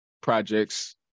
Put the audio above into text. projects